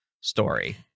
story